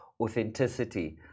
authenticity